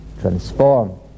transform